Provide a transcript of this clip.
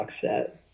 set